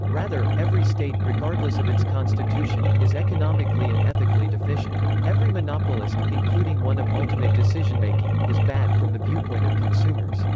rather, every state, regardless of its constitution, is economically and ethically deficient. every monopolist, including one of ultimate decisionmaking, is bad from the viewpoint of consumers.